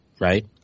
right